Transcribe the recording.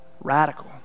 radical